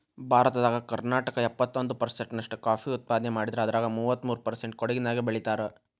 ಭಾರತದಾಗ ಕರ್ನಾಟಕ ಎಪ್ಪತ್ತೊಂದ್ ಪರ್ಸೆಂಟ್ ನಷ್ಟ ಕಾಫಿ ಉತ್ಪಾದನೆ ಮಾಡಿದ್ರ ಅದ್ರಾಗ ಮೂವತ್ಮೂರು ಪರ್ಸೆಂಟ್ ಕೊಡಗಿನ್ಯಾಗ್ ಬೆಳೇತಾರ